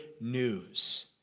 news